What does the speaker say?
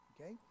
okay